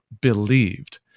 believed